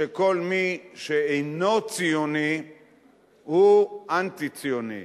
שכל מי שאינו ציוני הוא אנטי-ציוני.